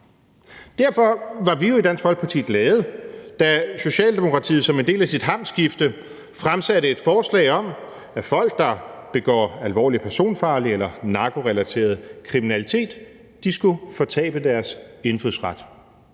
Derfor var vi i Dansk Folkeparti jo glade, da Socialdemokratiet som en del af sit hamskifte fremsatte et forslag om, at folk, der begår alvorlig personfarlig eller narkorelateret kriminalitet, skulle fortabe deres indfødsret.